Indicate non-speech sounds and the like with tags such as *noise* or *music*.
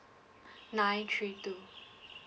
*breath* nine three two